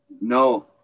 No